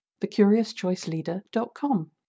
thecuriouschoiceleader.com